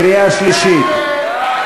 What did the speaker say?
קריאה שלישית.